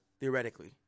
theoretically